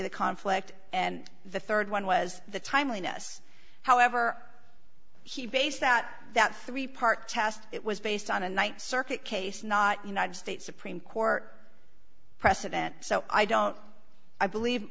the conflict and the third one was the timeliness however he based that that three part test it was based on a night circuit case not united states supreme court precedents so i don't i believe